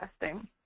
testing